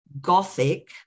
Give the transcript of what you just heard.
gothic